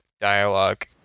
dialogue